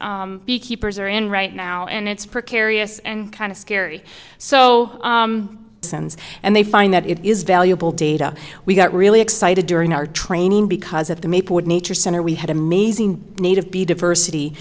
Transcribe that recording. beekeepers are in right now and it's precarious and kind of scary so it sounds and they find that it is valuable data we got really excited during our training because at the maplewood nature center we had amazing native b diversity